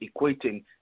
equating